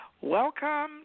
Welcome